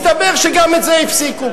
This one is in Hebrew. מסתבר שגם את זה הפסיקו,